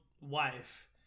wife